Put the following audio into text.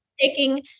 taking-